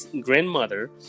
grandmother